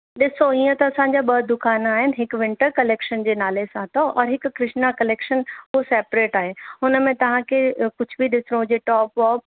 ॾिसो इअं त असांजा ॿ दुकान आहिनि हिकु विंटर कलेक्शन जे नाले सां अथव और हिकु कृष्ना कलेक्शन हू सेपरेट आहे हुन में तव्हांखे कुझु बि ॾिसिणो हुजे टॉप वॉप